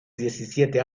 diecisiete